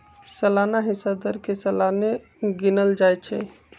सलाना हिस्सा दर के सलाने गिनल जाइ छइ